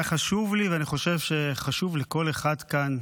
היה חשוב לי, ואני חושב שחשוב לכל אחד כאן.